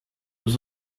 was